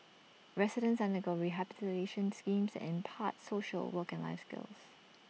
residents undergo rehabilitation schemes impart social work and life skills